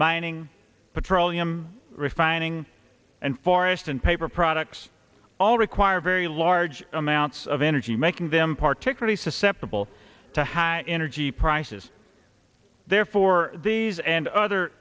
mining petroleum refining and forest and paper products all require very large amounts of energy making them particularly susceptible to high energy prices therefore these and other